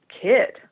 kid